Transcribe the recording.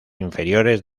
inferiores